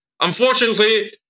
unfortunately